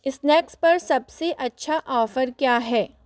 snacks पर सबसे अच्छा ऑफ़र क्या है